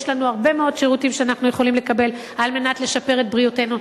יש לנו הרבה מאוד שירותים שאנחנו יכולים לקבל כדי לשפר את בריאותנו.